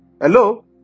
Hello